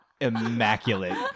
immaculate